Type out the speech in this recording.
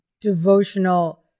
devotional